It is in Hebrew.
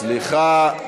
תן לו לדבר, סליחה.